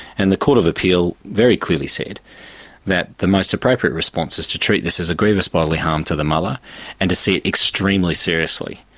and the court of appeal very clearly said that the most appropriate response is to treat this as a grievous bodily harm to the mother and to see it extremely seriously.